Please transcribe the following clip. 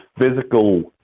physical